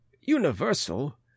Universal